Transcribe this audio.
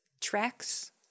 tracks